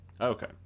Okay